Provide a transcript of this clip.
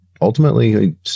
ultimately